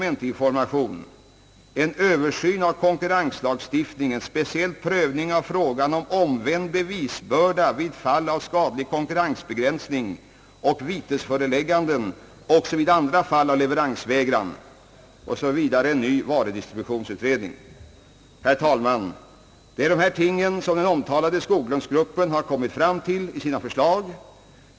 En översyn av konkurrenslagstiftningen, speciellt prövning av frågan om omvänd bevisbörda vid fall av skadlig konkurrensbegränsning och vitesförelägganden också i andra fall av leveransvägran. Herr talman! Det är dessa ting som den omtalade Skoglunds-gruppen har anfört i sina förslag.